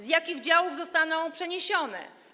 Z jakich działów zostaną przeniesione?